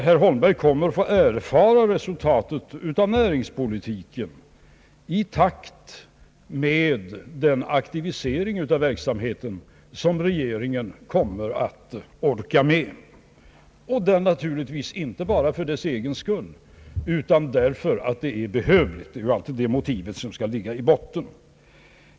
Herr Holmberg kommer att erfara resultatet av näringspolitiken i takt med den aktivisering av verksamheten som regeringen kommer att orka med, naturligtvis inte bara för dess egen skull utan därför att det är behövligt. Det är ju alltid det motivet som skall ligga i botten.